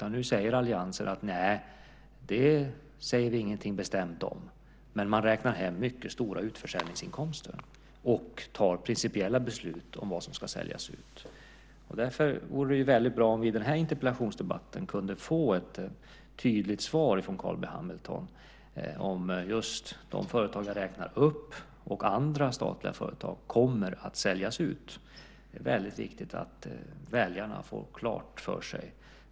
Nu säger alliansen: Nej, det säger vi ingenting bestämt om. Men man räknar hem mycket stora utförsäljningsinkomster och fattar principiella beslut om vad som ska säljas ut. Därför vore det bra om vi i den här interpellationsdebatten kunde få ett tydligt svar från Carl B Hamilton om just de företag som jag räknar upp och andra statliga företag kommer att säljas ut. Det är viktigt att väljarna får detta klart för sig.